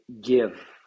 give